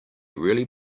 really